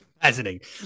Fascinating